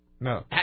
No